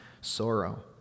sorrow